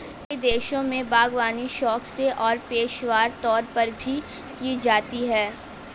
कई देशों में बागवानी शौक से और पेशेवर तौर पर भी की जाती है